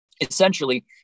essentially